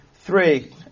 three